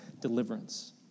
deliverance